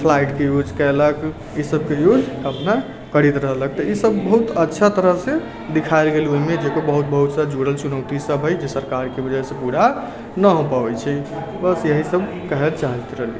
फ्लाइटके use कयलक इसभके use अपना करैत रहलक इसभ बहुत अच्छा तरहसँ दिखाय गेल ओहिमे जेकि बहुत बहुत सारा जुड़ल चुनौतीसभ हइ जे सरकारके वजहसँ पूरा ना हो पाबैत छै बस यहीसब कहे चाहैत रहली